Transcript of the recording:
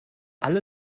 alle